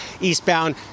eastbound